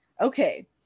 Okay